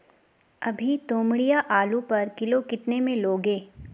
अभी तोमड़िया आलू पर किलो कितने में लोगे?